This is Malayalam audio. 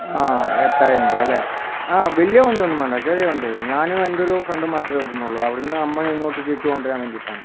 ആ എട്ടായിരം രൂപ അല്ലേ ആ വലിയ വണ്ടി ഒന്നും വേണ്ട ചെറിയ ചെറിയ വണ്ടി മതി ഞാനും എൻ്റെ ഒരു ഫ്രണ്ടും മാത്രേ വരുന്നൊള്ളു അവിട്ന്ന് അമ്മ ഇങ്ങോട്ട് തിരിച്ച് കൊണ്ട് വരാൻ വേണ്ടീട്ടാണ്